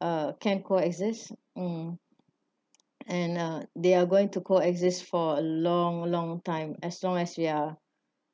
uh can coexist um and uh they are going to coexist for a long long time as long as we are